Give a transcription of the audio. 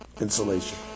insulation